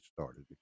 started